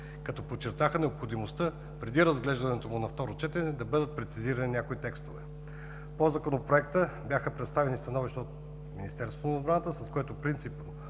като подчертаха необходимостта преди разглеждането му на второ гласуване да бъдат прецизирани някои от текстовете. По Законопроекта бяха предоставени становища от Министерство на отбраната, с което принципно